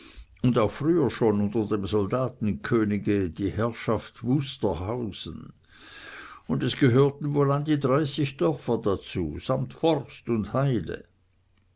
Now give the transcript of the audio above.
und auch früher schon unter dem soldatenkönige die herrschaft wusterhausen und es gehörten wohl an die dreißig dörfer dazu samt forst und heide